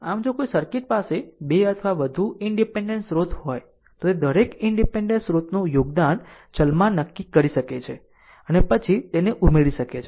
આમ જો કોઈ સર્કિટ પાસે 2 અથવા વધુ ઈનડીપેન્ડેન્ટ સ્રોત હોય તો તે દરેક ઈનડીપેન્ડેન્ટ સ્રોતનું યોગદાન ચલમાં નક્કી કરી શકે છે અને પછી તેને ઉમેરી શકે છે